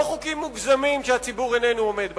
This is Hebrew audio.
לא חוקים מוגזמים שהציבור אינו עומד בהם.